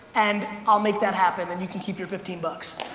and i'll make that happen and you can keep your fifteen bucks.